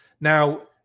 now